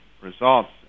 results